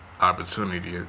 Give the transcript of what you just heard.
opportunity